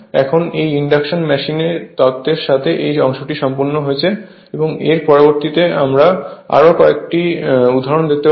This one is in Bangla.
এখন এই ইন্ডাকশন মেশিন তত্ত্বের সাথে এই অংশটি সম্পূর্ণ হয়েছে এবং এর পরবর্তীতে আমরা আরো কয়েকটি উদাহরণ দেখতে পাব